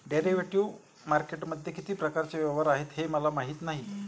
derivative मार्केटमध्ये किती प्रकारचे व्यवहार आहेत हे मला माहीत नाही